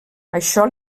això